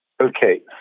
Okay